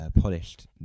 polished